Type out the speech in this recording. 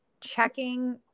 checking